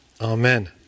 Amen